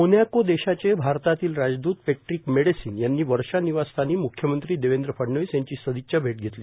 Monaco देशाचे भारतातील राजदुत पेट्रीक मेडेसिन यांनी वर्षा निवासस्थानी मुख्यमंत्री देवेंद्र फडणवीस यांची सदिच्छा भेट घेतली